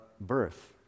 birth